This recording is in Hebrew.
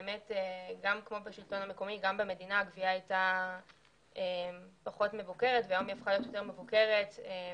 בעבר הגבייה הייתה פחות מבוקרת והיום היא מבוקרת יותר בפיקוחו